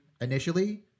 initially